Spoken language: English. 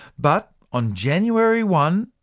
but on january one,